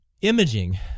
imaging